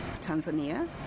Tanzania